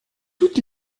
toute